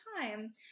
time